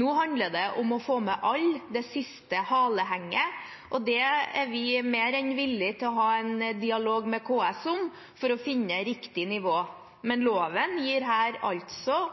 Nå handler det om å få med alle, det siste halehenget, og det er vi mer enn villig til å ha en dialog med KS om for å finne riktig nivå. Men loven gir her